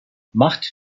macht